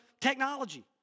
technology